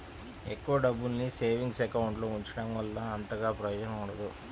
ఎక్కువ డబ్బుల్ని savings account లో ఉంచడం వల్ల అంతగా ప్రయోజనం ఉండదు